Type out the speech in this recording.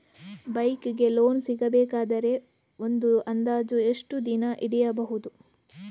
Bike ಗೆ loan ಸಿಗಬೇಕಾದರೆ ಒಂದು ಅಂದಾಜು ಎಷ್ಟು ದಿನ ಹಿಡಿಯಬಹುದು?